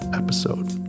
episode